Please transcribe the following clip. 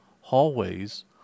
hallways